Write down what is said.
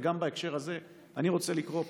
בהקשר הזה אני רוצה לקרוא.